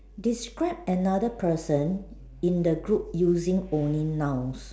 describe another person in the group using only nouns